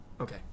Okay